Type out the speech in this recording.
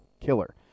Killer